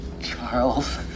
Charles